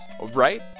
Right